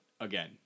again